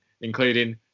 including